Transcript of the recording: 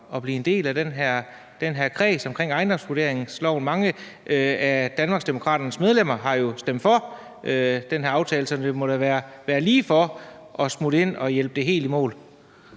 at blive en del af den her kreds omkring ejendomsvurderingsloven? Mange af Danmarksdemokraternes medlemmer har jo stemt for den her aftale, så det må da ligge ligefor at smutte ind at hjælpe det helt i mål.